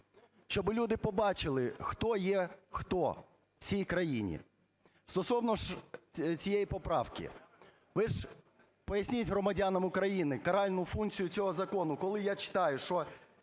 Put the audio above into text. щоби люди побачили, хто є хто в цій країні. Стосовно ж цієї поправки, ви ж поясніть громадянам України каральну функцію цього закону. Коли я читаю, що